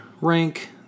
rank